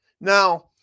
Now